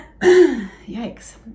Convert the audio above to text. yikes